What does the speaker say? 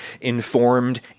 informed